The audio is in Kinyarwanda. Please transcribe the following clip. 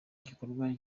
gikorwa